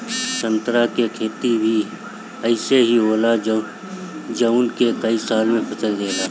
संतरा के खेती भी अइसे ही होला जवन के कई साल से फल देला